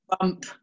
bump